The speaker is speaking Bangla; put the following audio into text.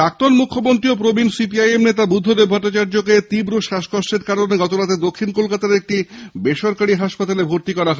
প্রাক্তণ মুখ্যমন্ত্রী ও প্রবীণ সিপিআইএম নেতা বুদ্ধদেব ভট্টাচার্যকে তীব্র শ্বাসকষ্টের কারণে গতরাতে দক্ষিণ কলকাতার একটি বেসরকারি হাসপাতালে ভর্তি করা হয়